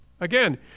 Again